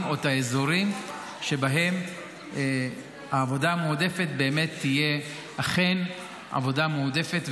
או את האזורים שבהם העבודה המועדפת אכן תהיה עבודה מועדפת,